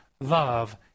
love